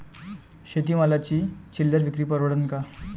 शेती मालाची चिल्लर विक्री परवडन का?